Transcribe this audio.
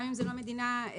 גם אם זו מדינה מוכרת,